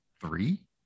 three